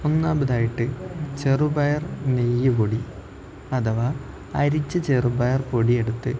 ഒന്നാമതായിട്ട് ചെറുപയർ നെയ്യ് പൊടി അഥവാ അരിച്ച ചെറുപയർ പൊടിയെടുത്ത്